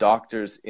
Doctors